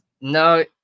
No